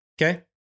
Okay